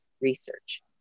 research